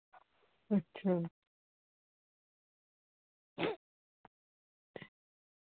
अच्छा